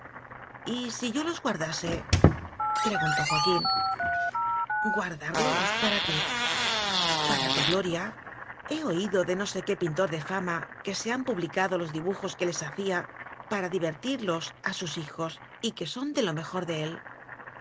nieto y si yo los guardase preguntó joa quín guardarlos para qué para tu gloria he oído de no sé qué pin tor de fama que se han publicado los dibu jos que les hacía para divertirlos a sus hi jos y que son de lo mejor de él